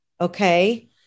Okay